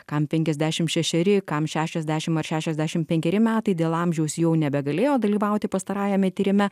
kam penkiasdešim šešeri kam šešiasdešim ar šešiasdešim penkeri metai dėl amžiaus jau nebegalėjo dalyvauti pastarajame tyrime